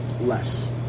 less